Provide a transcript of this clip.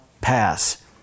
pass